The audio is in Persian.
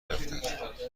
رفتند